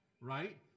right